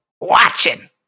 Watching